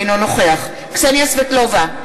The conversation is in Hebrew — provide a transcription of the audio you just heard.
אינו נוכח קסניה סבטלובה,